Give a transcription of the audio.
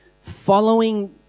following